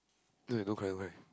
don't need to do right